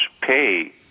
pay